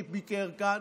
שביקר כאן,